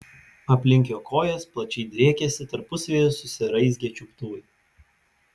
aplink jo kojas plačiai driekėsi tarpusavyje susiraizgę čiuptuvai